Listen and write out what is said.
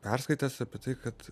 perskaitęs apie tai kad